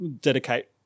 dedicate